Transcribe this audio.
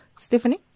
Stephanie